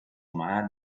umana